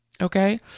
Okay